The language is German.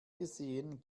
gesehen